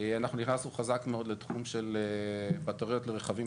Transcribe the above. אנחנו נכנסנו חזק מאוד לתחום של בטריות לרכבים